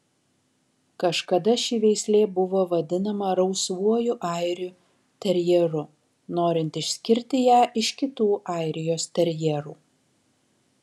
kažkada ši veislė buvo vadinama rausvuoju airių terjeru norint išskirti ją iš kitų airijos terjerų